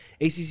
ACC